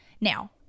Now